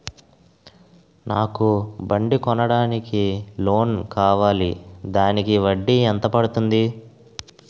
నాకు బండి కొనడానికి లోన్ కావాలిదానికి వడ్డీ ఎంత పడుతుంది?